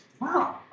wow